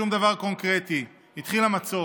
שום דבר קונקרטי, התחיל המצור.